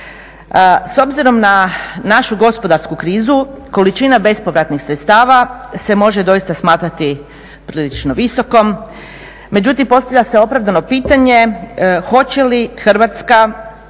S obzirom na našu gospodarsku krizu količina bezpovratnih sredstava se može doista smatrati prilično visokom. Međutim postavlja se opravdano pitanje hoće li Hrvatska,